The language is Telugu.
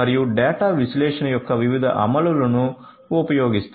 మరియు డేటా విశ్లేషణ యొక్క వివిధ అమలులను ఉపయోగిస్తాయి